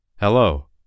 Hello